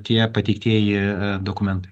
tie pateiktieji dokumentai